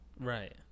Right